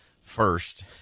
first